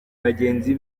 bagenzi